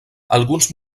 alguns